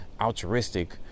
altruistic